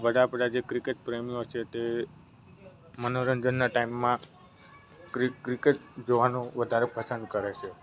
વધારે પડતા જે ક્રિકેટ પ્રેમીઓ છે તે મનોરંજનના ટાઈમમાં ક્રિ ક્રિકેટ જોવાનું વધારે પસંદ કરે છે